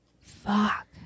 Fuck